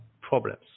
problems